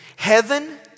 Heaven